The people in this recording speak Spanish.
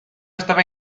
estaba